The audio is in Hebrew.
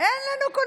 אין לנו קולנוע.